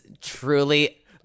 truly